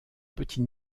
petit